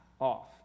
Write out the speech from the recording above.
off